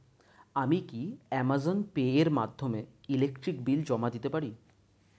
আমি কি Amazon Pay এর মাধ্যমে ইলেকট্রিক বিল জমা দিতে পারি?